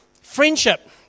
friendship